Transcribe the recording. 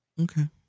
Okay